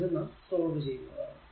ഇത് നാം സോൾവ് ചെയ്യുന്നതാണ്